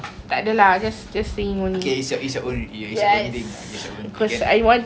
yes because I want to be healthy by the time I'm